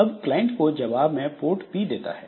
अब क्लाइंट को जवाब में पोर्ट P देता है